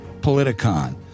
Politicon